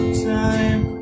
time